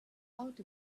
out